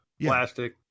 plastic